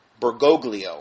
Bergoglio